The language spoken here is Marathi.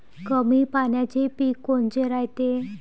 कमी पाण्याचे पीक कोनचे रायते?